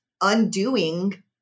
undoing